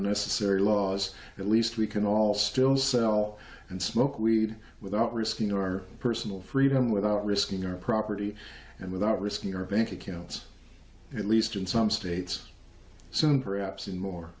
unnecessary laws at least we can all still sell and smoke weed without risking our personal freedom without risking your property and without risking your bank accounts at least in some states soon perhaps in more